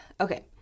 okay